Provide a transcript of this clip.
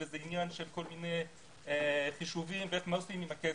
וזה חישובים ומה עושים עם הכסף,